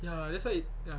ya that's why ya